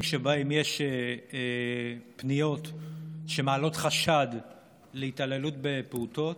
שבהם יש פניות שמעלות חשד להתעללות בפעוטות,